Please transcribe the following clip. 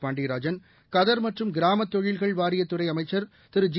பாண்டியராஜன் கதர் மற்றும் கிராமத் தொழில்கள் வாரியத் துறைஅமைச்சர் திரு ஜி